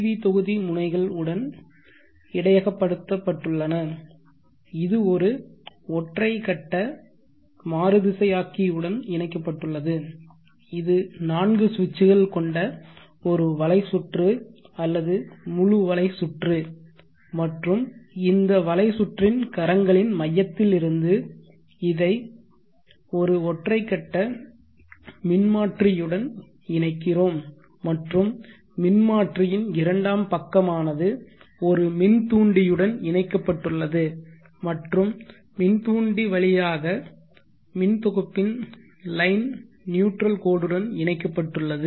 we தொகுதி முனைகள் உடன் இடையகப்படுத்தப்பட்டுள்ளன இது ஒரு ஒற்றை கட்ட மாறுதிசையாக்கியுடன் இணைக்கப்பட்டுள்ளது இது நான்கு சுவிட்சுகள் கொண்ட ஒரு வலை சுற்று அல்லது முழு வலை சுற்று மற்றும் இந்த வலை சுற்றின் கரங்களின் மையத்திலிருந்து இதை ஒரு ஒற்றை கட்ட மின்மாற்றியுடன் இணைக்கிறோம் மற்றும் மின்மாற்றியின் இரண்டாம் பக்கமானது ஒரு மின்தூண்டியுடன் இணைக்கப்பட்டுள்ளது மற்றும் மின்தூண்டி வழியாக மின் தொகுப்பின் லைன் நியூட்ரல் கோடுடன் இணைக்கப்பட்டுள்ளது